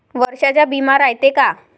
वर्षाचा बिमा रायते का?